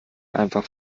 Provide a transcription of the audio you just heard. einfach